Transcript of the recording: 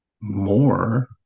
more